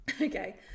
Okay